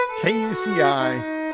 KUCI